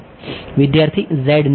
વિદ્યાર્થી z not